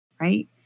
Right